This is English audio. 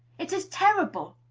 it is terrible!